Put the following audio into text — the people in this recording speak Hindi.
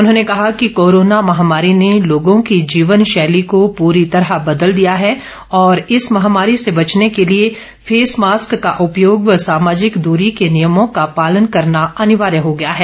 उन्होंने कहा कि कोरोना महामारी ने लोगों की जीवनशैली को पुरी तरह बदल दिया है और इस महामारी से बचने के लिए फेसमास्क का उपयोग व सामाजिक दूरी के नियमों का पालन करना अनिवार्य हो गया है